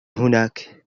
هناك